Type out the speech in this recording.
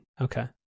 Okay